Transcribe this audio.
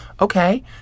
okay